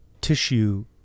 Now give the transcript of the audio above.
tissue